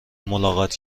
ملاقات